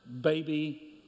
baby